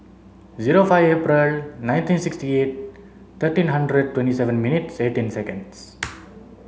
zero five April nineteen sixty eight thirteen hundred twenty seven minutes and eighteen seconds